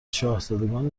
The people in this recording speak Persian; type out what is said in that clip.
شاهزادگان